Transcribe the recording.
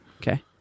Okay